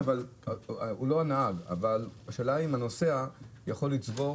הוא לא הנהג אבל השאלה אם הנוסע יכול לצבור